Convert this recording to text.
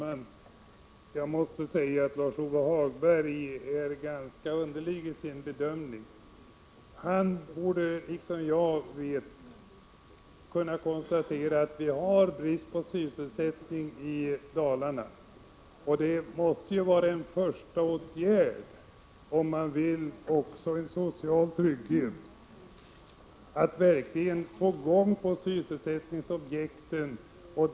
Herr talman! Jag måste säga att Lars-Ove Hagberg gör en ganska underlig bedömning. Han borde liksom jag kunna konstatera att vi har brist på sysselsättning i Dalarna. Om man vill ha en social trygghet, måste en första åtgärd vara att få till stånd sysselsättningsobjekt.